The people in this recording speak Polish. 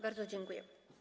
Bardzo dziękuję.